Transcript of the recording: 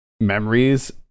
memories